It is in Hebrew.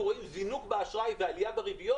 רואים זינוק באשראי ועלייה בריביות,